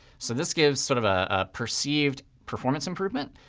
so this gives sort of ah a perceived performance improvement.